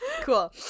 cool